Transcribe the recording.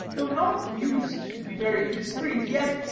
though not used to be very indiscreet, yet,